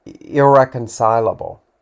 irreconcilable